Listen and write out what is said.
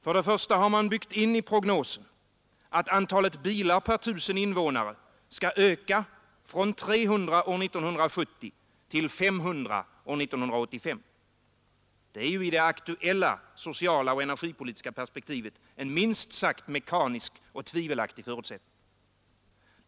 För det första har i prognosen byggts in att antalet bilar per 1 000 invånare skall öka från 300 år 1970 till 500 år 1985. Det är ju i det aktuella sociala och energipolitiska perspektivet en minst sagt mekanisk och tvivelaktig förutsättning.